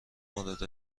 مورد